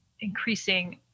increasing